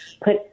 put